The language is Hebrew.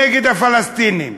נגד הפלסטינים.